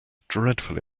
dreadfully